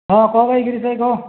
ହଁ କହ ଭାଇ ଗିରିଶ୍ ଭାଇ କହ